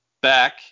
back